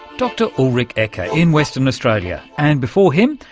dr ullrich ecker in western australia, and before him,